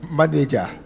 manager